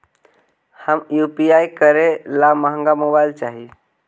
हम यु.पी.आई करे ला महंगा मोबाईल चाही?